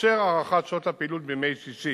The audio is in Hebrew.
תתאפשר הארכת שעות הפעילות בימי שישי